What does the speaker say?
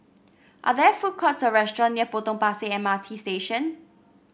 are there food courts or restaurant near Potong Pasir M R T Station